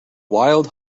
wild